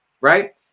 Right